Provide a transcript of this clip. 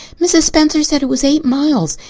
mrs. spencer said it was eight miles.